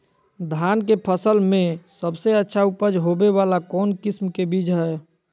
धान के फसल में सबसे अच्छा उपज होबे वाला कौन किस्म के बीज हय?